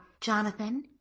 Jonathan